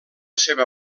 seva